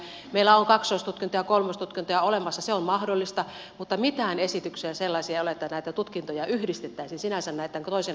meillä on kaksoistutkintoja ja kolmoistutkintoja olemassa se on mahdollista mutta mitään sellaisia esityksiä ei ole että näitä tutkintoja yhdistettäisiin sinänsä toisen asteen sisällä